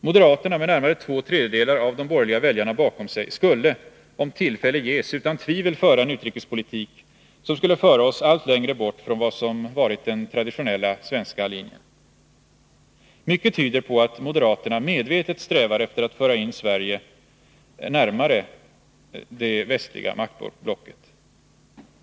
Moderaterna — med närmare två tredjedelar av de borgerliga väljarna bakom sig — skulle, om tillfälle ges, utan tvivel föra en utrikespolitik som skulle föra oss allt längre bort från vad som varit den traditionella svenska linjen. Mycket tyder på att moderaterna medvetet strävar efter att föra Sverige närmare det västliga maktblocket.